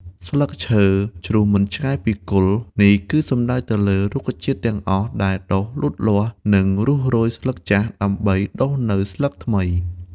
ស្លឹកឈើជ្រុះមិនឆ្ងាយពីគល់ នេះគឺសំដៅទៅលើរុក្ខជាតិទាំងអស់ដែលដុះលូតលាស់ និងរុះរោយស្លឹកចាស់ ដើម្បីដុះនូវស្លឹកថ្មី។